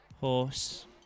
Horse